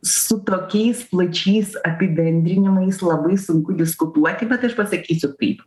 su tokiais plačiais apibendrinimais labai sunku diskutuoti bet aš pasakysiu taip